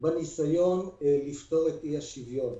בניסיון לפתור את אי השוויון.